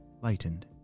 lightened